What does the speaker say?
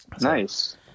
Nice